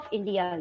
India